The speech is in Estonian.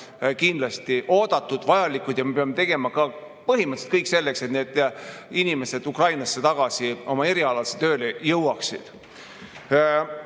kindlasti oodatud ja vajalikud. Me peame tegema põhimõtteliselt kõik selleks, et need inimesed Ukrainasse tagasi oma erialasele tööle jõuaksid.